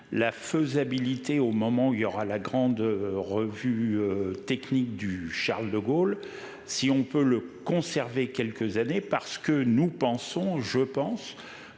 la faisabilité au moment où il y aura la grande revue technique du Charles de Gaulle. Si on peut le conserver quelques années parce que nous pensons, je pense